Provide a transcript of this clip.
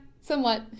somewhat